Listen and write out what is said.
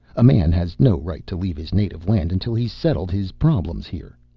a man has no right to leave his native land until he's settled his problems here.